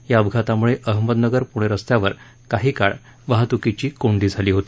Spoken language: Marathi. या अपघाताम्ळे अहमदनगर प्णे रस्त्यावर काही काळ वाहत्कीची कोंडी झाली होती